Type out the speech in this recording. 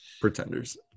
Pretenders